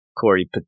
Corey